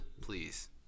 please